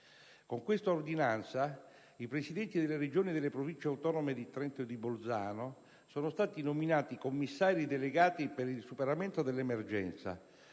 Con questa ordinanza i Presidenti delle Regioni e delle Province autonome di Trento e di Bolzano sono stati nominati commissari delegati per il superamento dell'emergenza,